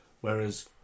Whereas